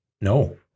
No